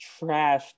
trashed